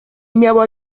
miała